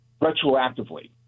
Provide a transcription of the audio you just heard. retroactively